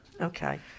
Okay